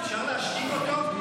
אפשר להשתיק אותו?